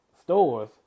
stores